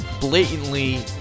blatantly